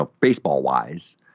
baseball-wise